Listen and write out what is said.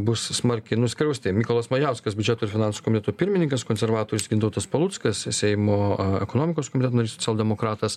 bus smarkiai nuskriausti mykolas majauskas biudžeto ir finansų komiteto pirmininkas konservatorius gintautas paluckas seimo ekonomikos komiteto narys socialdemokratas